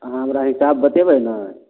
अहाँ हमरा हिसाब बतेबै ने